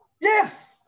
Yes